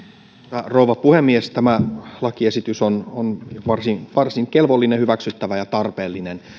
rouva puhemies tämä lakiesitys on on varsin varsin kelvollinen hyväksyttävä ja tarpeellinen